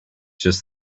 just